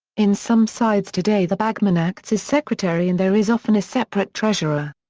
in some sides today the bagman acts as secretary and there is often a separate treasurer.